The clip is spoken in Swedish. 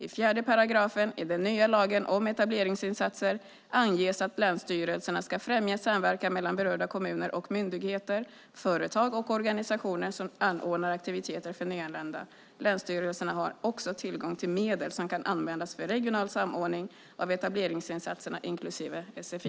I fjärde paragrafen i den nya lagen om etableringsinsatser anges att länsstyrelserna ska främja samverkan mellan berörda kommuner och myndigheter, företag och organisationer som anordnar aktiviteter för nyanlända. Länsstyrelserna har också tillgång till medel som kan användas för regional samordning av etableringsinsatserna, inklusive sfi.